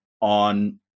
on